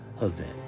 event